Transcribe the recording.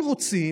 אם רוצים,